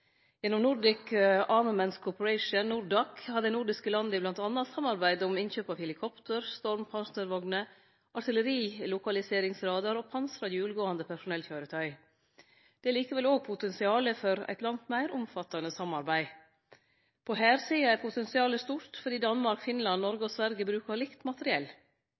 Gjennom Nordic Armaments Cooperation, NORDAC, har dei nordiske landa bl.a. samarbeidd om innkjøp av helikopter, stormpanservogner, artillerilokaliseringsradarar og pansra hjulgåande personellkøyretøy. Det er likevel også potensial for eit langt meir omfattande samarbeid. På hærsida er potensialet stort, fordi Danmark, Finland, Noreg og Sverige brukar likt materiell.